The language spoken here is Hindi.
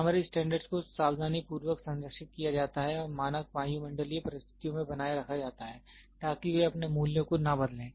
प्राइमरी स्टैंडर्ड को सावधानीपूर्वक संरक्षित किया जाता है और मानक वायुमंडलीय परिस्थितियों में बनाए रखा जाता है ताकि वे अपने मूल्यों को न बदलें